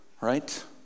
right